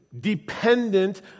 dependent